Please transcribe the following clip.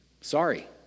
Sorry